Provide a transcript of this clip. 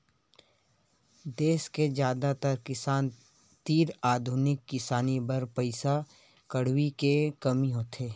देस के जादातर किसान तीर आधुनिक किसानी बर पइसा कउड़ी के कमी होथे